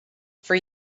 for